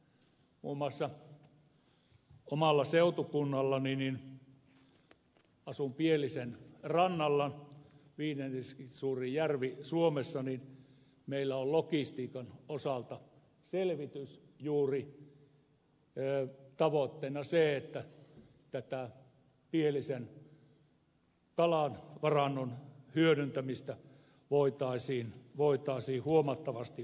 muun muassa omalla seutukunnallani kun asun pielisen rannalla joka on viidenneksi suurin järvi suomessa meillä on logistiikan osalta selvitys tavoitteena juuri se että tätä pielisen kalavarannon hyödyntämistä voitaisiin huomattavasti tehostaa